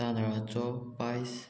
तांदळाचो पायस